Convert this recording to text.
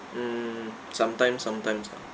mm sometimes sometimes lah